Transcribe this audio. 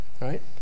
right